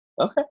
Okay